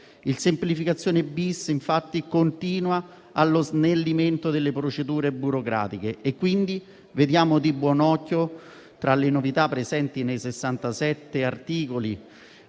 semplificazioni-*bis*, infatti, continua nello snellimento delle procedure burocratiche. Vediamo di buon'occhio, tra le novità presenti nei 67 articoli